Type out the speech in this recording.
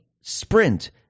sprint